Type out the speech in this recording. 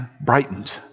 brightened